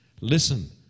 Listen